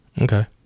okay